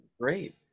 Great